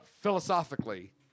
Philosophically